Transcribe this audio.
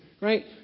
Right